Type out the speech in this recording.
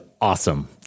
awesome